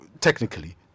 technically